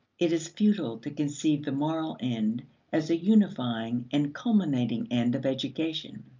it is futile to conceive the moral end as the unifying and culminating end of education.